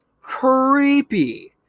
Creepy